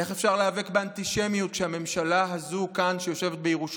איך אפשר להיאבק באנטישמיות בזמן שהממשלה היושבת כאן בירושלים